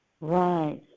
Right